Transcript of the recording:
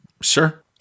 Sure